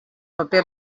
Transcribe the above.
paper